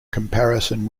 comparison